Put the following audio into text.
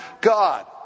God